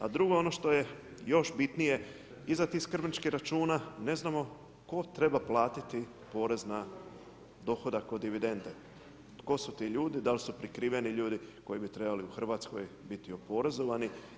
A drugo ono što je još bitnije, iza tih skrbničkih računa ne znamo tko treba platiti porez na dohodak kod dividende, tko su ti ljudi, dal' su prikriveni ljudi koji bi trebali u Hrvatskoj biti oporezovani.